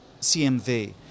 CMV